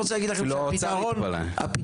לי שהאוצר מעסיק אותנו כל הזמן בסוגיות